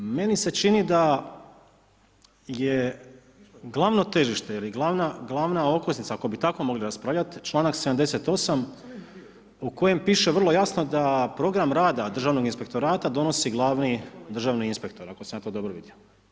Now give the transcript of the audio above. Meni se čini da je glavno težište ili glavna okosnica, ako bi tako mogli raspravljat članak 78. u kojem piše vrlo jasno da program rada državnog inspektorata donosi glavni državni inspektor, ako sam ja to dobro vidio.